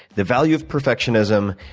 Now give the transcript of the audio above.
the value of perfectionism,